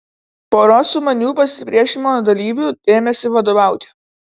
pora sumanių pasipriešinimo dalyvių ėmėsi vadovauti